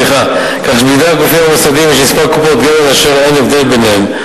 כך שבידי הגופים המוסדיים יש מספר קופות גמל אשר אין הבדל ביניהן,